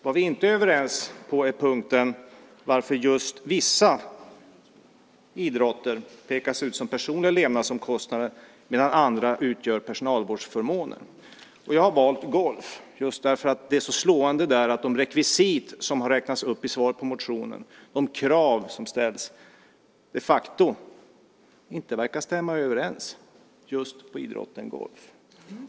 Vad vi inte är överens om gäller punkten varför just vissa idrotter pekas ut som personliga levnadsomkostnader medan andra utgör personalvårdsförmåner. Jag har valt golf just därför att det är så slående att de rekvisit som har räknats upp i svaret på interpellationen, de krav som ställs, de facto inte verkar stämma överens just på idrotten golf.